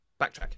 backtrack